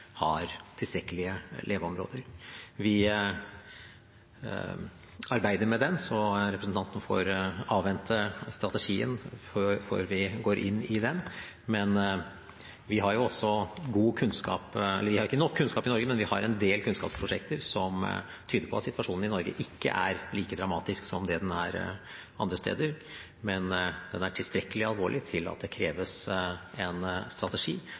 har tilstrekkelige leveområder. Vi arbeider med den, så representanten får avvente strategien før vi går inn i den. Vi har ikke nok kunnskap i Norge, men vi har en del kunnskapsprosjekter som tyder på at situasjonen i Norge ikke er like dramatisk som det den er andre steder. Men den er tilstrekkelig alvorlig til at det kreves en strategi